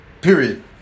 period